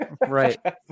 right